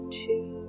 two